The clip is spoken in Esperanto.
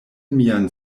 mian